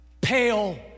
pale